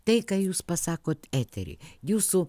tai ką jūs pasakot etery jūsų